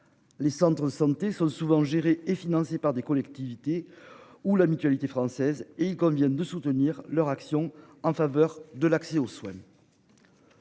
Les centres de santé sont souvent gérés et financés par des collectivités ou la Mutualité française et il convient de soutenir leur action en faveur de l'accès aux soins.--